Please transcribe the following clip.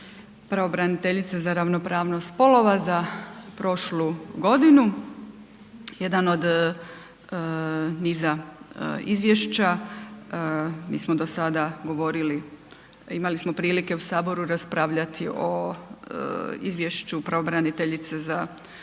pravobraniteljice za ravnopravnost spolova za prošlu godinu, jedan od niza izvješća, mi smo do sada govorili, imali smo prilike u HS raspravljati o izvješću pravobraniteljice za osobe